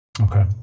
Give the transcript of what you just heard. Okay